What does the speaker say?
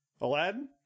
Aladdin